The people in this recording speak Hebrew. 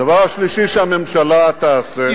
הדבר השלישי שהממשלה תעשה,